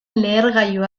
lehergailu